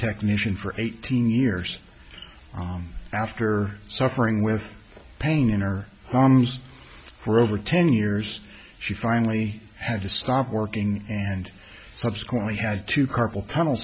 technician for eighteen years after suffering with pain in her arms for over ten years she finally had to stop working and subsequently had to carpal tunnel